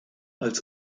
als